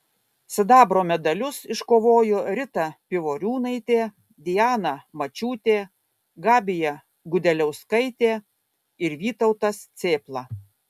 sidabro medalius iškovojo rita pivoriūnaitė diana mačiūtė gabija gudeliauskaitė ir vytautas cėpla